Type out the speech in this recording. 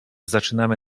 zaczynamy